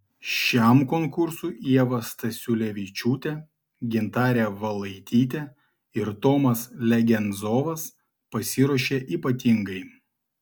šiam konkursui ieva stasiulevičiūtė gintarė valaitytė ir tomas legenzovas pasiruošė ypatingai